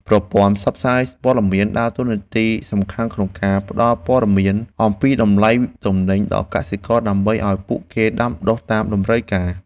ប្រព័ន្ធផ្សព្វផ្សាយព័ត៌មានដើរតួនាទីសំខាន់ក្នុងការផ្តល់ព័ត៌មានអំពីតម្លៃទំនិញដល់កសិករដើម្បីឱ្យពួកគេដាំដុះតាមតម្រូវការ។